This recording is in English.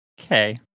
Okay